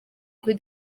kuri